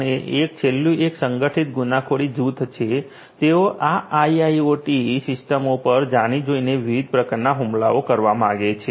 અને એક છેલ્લું એ સંગઠિત ગુનાખોરી જૂથો છે જેઓ આ આઈઆઈઓટી સિસ્ટમો પર જાણી જોઈને વિવિધ પ્રકારના હુમલાઓ કરવા માગે છે